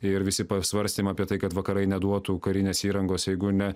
ir visi pasvarstymai apie tai kad vakarai neduotų karinės įrangos jeigu ne